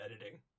editing